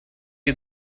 you